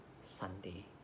Sunday